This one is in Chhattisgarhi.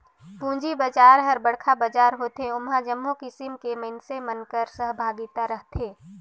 पूंजी बजार हर बड़खा बजार होथे ओम्हां जम्मो किसिम कर मइनसे मन कर सहभागिता रहथे